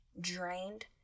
drained